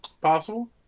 Possible